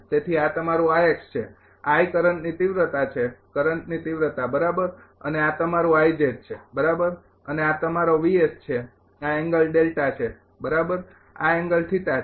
તેથી આ તમારું છે કરંટની તિવ્રતા છે કરંટની તિવ્રતા બરાબર અને આ તમારું છે બરાબર અને આ તમારો છે આ એંગલ છે બરાબર અને આ એંગલ છે